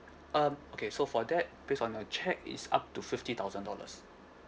um okay so for that based on a check it's up to fifty thousand dollars